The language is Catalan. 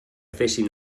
fessin